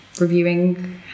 reviewing